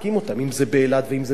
אם באילת ואם בתל-אביב,